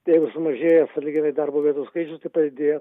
jeigu sumažėja sąlyginai darbo vietų skaičius tai padidėja